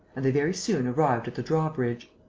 and they very soon arrived at the drawbridge.